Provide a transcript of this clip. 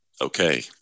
Okay